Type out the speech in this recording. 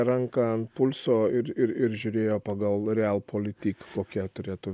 ranką ant pulso ir ir ir žiūrėjo pagal real politik kokia turėtų